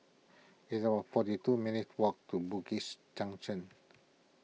it's about forty two minutes' walk to Bugis Junction